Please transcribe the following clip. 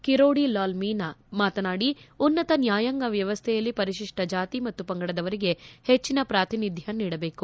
ಕಿರೋಡಿ ಲಾಲ್ ಮೀನ ಮಾತನಾಡಿ ಉನ್ನತ ನ್ಯಾಯಾಂಗ ವ್ಯವಸ್ಥೆಯಲ್ಲಿ ಪರಿಶಿಷ್ಟ ಜಾತಿ ಮತ್ತು ಪಂಗಡದವರಿಗೆ ಹೆಚ್ಚಿನ ಪ್ರಾತಿನಿಧ್ಯ ಇರಬೇಕು